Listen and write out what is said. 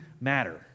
matter